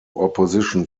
opposition